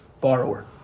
borrower